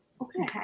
Okay